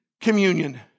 communion